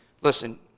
Listen